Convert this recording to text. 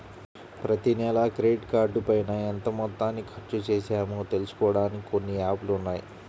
ప్రతినెలా క్రెడిట్ కార్డుపైన ఎంత మొత్తాన్ని ఖర్చుచేశామో తెలుసుకోడానికి కొన్ని యాప్ లు ఉన్నాయి